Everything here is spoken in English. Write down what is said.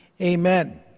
Amen